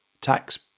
tax